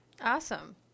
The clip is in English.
Awesome